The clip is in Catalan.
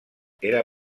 era